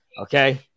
Okay